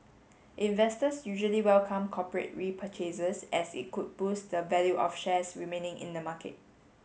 investors usually welcome corporate repurchases as it could boost the value of shares remaining in the market